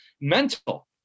mental